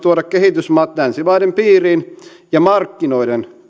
tuoda kehitysmaat länsimaiden piiriin ja markkinoiden